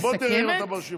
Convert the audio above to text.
בוא תראה ברשימה.